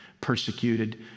persecuted